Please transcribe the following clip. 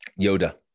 Yoda